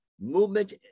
movement